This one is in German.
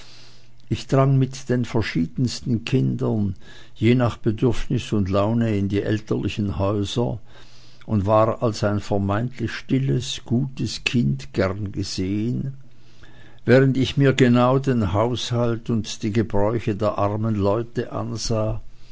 ich drang mit den verschiedensten kindern je nach bedürfnis und laune in die elterlichen häuser und war als ein vermeintlich stilles gutes kind gern gesehen während ich mir genau den haushalt und die gebräuche der armen leute ansah